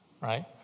Right